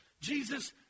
Jesus